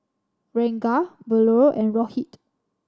Ranga Bellur and Rohit